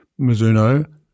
Mizuno